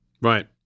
Right